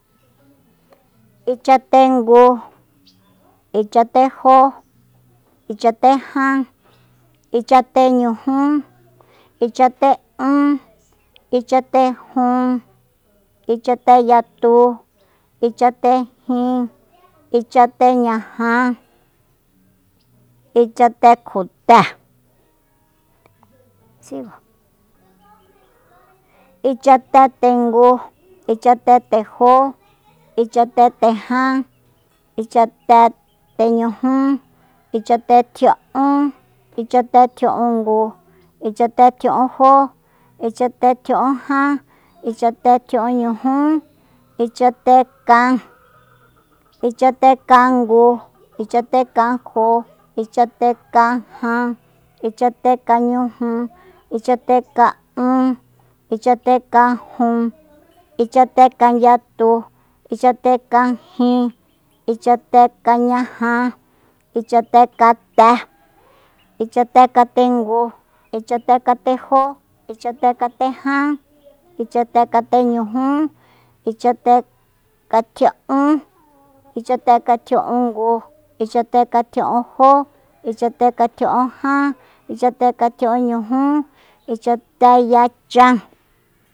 Ichatengu ichatejó ichateján ichateñujú ichate'ún ichatejun ichateyatu ichatejin ichateñaja ichatekjote ichetetengu ichatetejó ichatetejan ichateteñujú ichatetjia'ún ichatetjia'ungu ichatetjia'unjó ichatetjia'unjan ichatetjia'unñujú ichatekan ichatekangu ichatekanjo ichatekajan ichatekañuju ichateka'un ichatekajun ichatekanyatu ichatekajin ichatekañaja ichatekate ichatekatengu ichatekatejo ichatekatejan ichatekateñujú ichatekatjia'ún ichatekatji'ungu ichatekatjia'unjo ichatekatjia'unjan ichatekatjia'unñujú ichateyachan